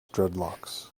dreadlocks